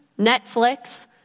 Netflix